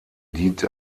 dient